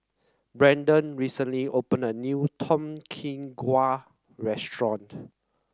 Brandon recently opened a new Tom Kha Gai restaurant